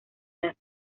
las